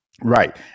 Right